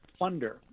funder